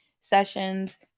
sessions